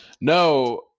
No